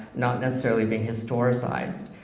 not necessarily being historicized.